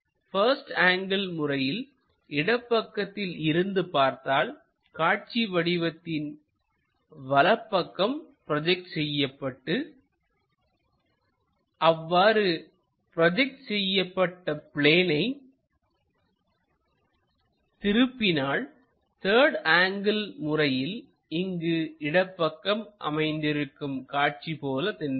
first angle முறையில் இடப்பக்கத்தில் இருந்து பார்த்தால் காட்சி வடிவத்தின் வலப்பக்கம் ப்ரோஜெக்ட் செய்யப்பட்டு அவ்வாறு ப்ரோஜெக்ட் செய்யப்பட்ட பிளேனை திருப்பினால் த்தர்டு ஆங்கிள் முறையில் இங்கு இடப்பக்கம் அமைந்திருக்கும் காட்சி போல தென்படும்